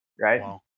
Right